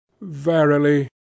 Verily